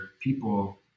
people